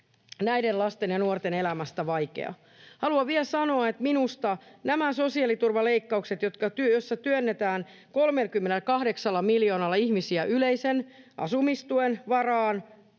näiden lasten ja nuorten elämästä vaikeaa. Haluan vielä sanoa, että minusta nämä sosiaaliturvaleikkaukset, joissa työnnetään 38 miljoonalla ihmisiä yleisen asumistuen varaan